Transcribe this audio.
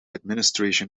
administration